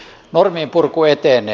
normien purku etenee